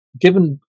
given